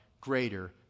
greater